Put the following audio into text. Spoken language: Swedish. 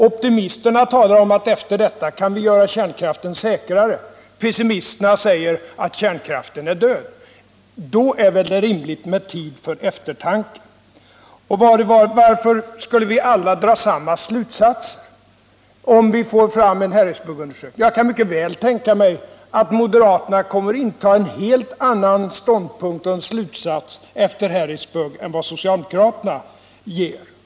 Optimisterna talar om att vi efter detta kan göra kärnkraften säkrare. Pessimisterna säger att kärnkraften är död. Mot den bakgrunden är det väl rimligt med eftertanke? Och varför skulle vi alla dra samma slutsatser av vad som kommer fram vid Harrisburgundersökningarna? Jag kan mycket väl tänka mig att moderaterna kommer att inta en helt annan ståndpunkt i den här frågan och dra helt andra slutsatser av vad som kommer fram vid undersökningarna än vad socialdemokraterna till slut gör.